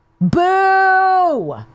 Boo